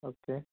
okay